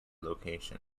location